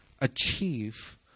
Achieve